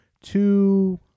two